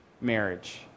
marriage